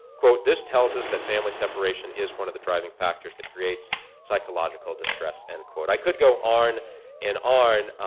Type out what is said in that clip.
quote this tells us that family separation is one of the driving factors that creates psychological distress, end quote. i could go on and on.